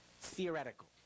theoretical